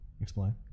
Explain